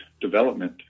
development